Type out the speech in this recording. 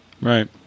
Right